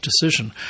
decision